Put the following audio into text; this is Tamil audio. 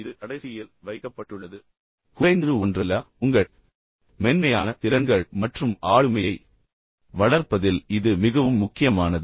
இது கடைசியில் வைக்கப்பட்டுள்ளது என்பது உங்களுக்குத் தெரியும் ஆனால் குறைந்தது ஒன்றல்ல உங்கள் மென்மையான திறன்கள் மற்றும் ஆளுமையை வளர்ப்பதில் இது மிகவும் முக்கியமானது